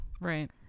right